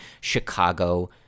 Chicago